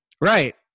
Right